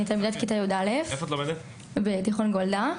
אני תלמידת כיתה י"א בתיכון גולדה.